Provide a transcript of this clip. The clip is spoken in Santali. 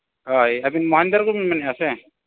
ᱦᱳᱭ ᱟᱹᱵᱤᱱ ᱢᱟᱦᱮᱱᱫᱟᱨ ᱜᱮᱵᱤᱱ ᱢᱮᱱᱮᱜᱼᱟ ᱥᱮ